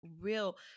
real